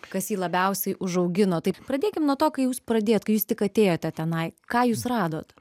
kas jį labiausiai užaugino tai pradėkim nuo to kai jūs pradėjot kai jūs tik atėjote tenai ką jūs radot